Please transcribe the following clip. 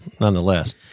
nonetheless